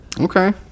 Okay